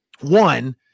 one